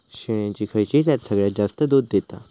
शेळ्यांची खयची जात सगळ्यात जास्त दूध देता?